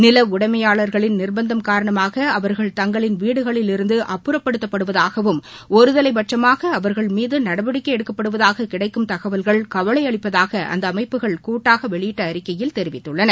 நில உடைமையாளர்களின் நிர்பந்தம் காரணமாக அவர்கள் தங்களின் வீடுகளிலிருந்து அப்புறப்படுத்தப்படுவதாகவும் ஒருதலைபட்சமாக அவர்கள் மீது நடவடிக்கை எடுக்கப்படுவதாக கிடைக்கும் தகவல்கள் கவலை அளிப்பதாக இந்த அமைப்புகள் கூட்டாக வெளியிட்ட அறிக்கையில் தெரிவித்துள்ளன